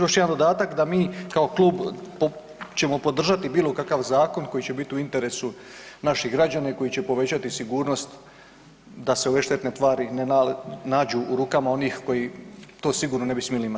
Još jedan dodatak da mi kao klub ćemo podržati bilo kakav zakon koji će biti u interesu naših građana i koji će povećati sigurnost da se ove štetne tvari ne nađu u rukama onih koji to sigurno ne bi smjeli imati.